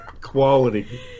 Quality